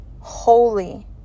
Holy